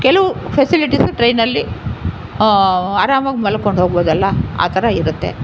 ಕೆಲ್ವು ಫೆಸಿಲಿಟೀಸ್ ಟ್ರೈನಲ್ಲಿ ಆರಾಮಾಗಿ ಮಲ್ಕೊಂಡು ಹೋಗ್ಬೋದಲ್ಲ ಆ ಥರ ಇರುತ್ತೆ